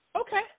Okay